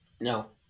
No